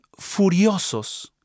furiosos